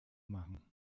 machen